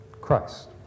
Christ